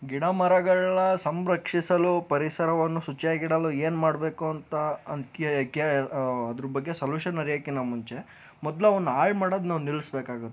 ಗಿಡಮರಗಳನ್ನ ಸಂರಕ್ಷಿಸಲು ಪರಿಸರವನ್ನು ಶುಚಿಯಾಗಿಡಲು ಏನು ಮಾಡಬೇಕು ಅಂತ ಅಂದು ಕೆ ಕೆ ಅದರ ಬಗ್ಗೆ ಸೊಲ್ಯೂಷನ್ ಅರಿಯೋಕ್ಕಿನ್ನ ಮುಂಚೆ ಮೊದ್ಲು ಅವನ್ನ ಹಾಳು ಮಾಡೋದು ನಾವು ನಿಲ್ಲಿಸ್ಬೇಕಾಗುತ್ತೆ